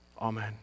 Amen